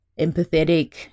empathetic